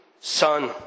Son